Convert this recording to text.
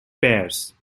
pears